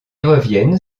reviennent